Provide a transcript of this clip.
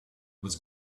was